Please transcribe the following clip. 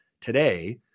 today